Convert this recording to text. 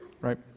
Right